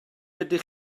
ydych